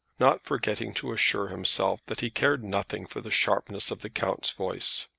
not forgetting to assure himself that he cared nothing for the sharpness of the count's voice.